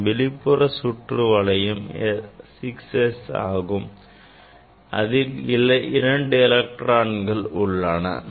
இதன் வெளிப்புற சுற்று வளையம் 6S ஆகும் அதில் இரண்டு எலக்ட்ரான்கள் உள்ளன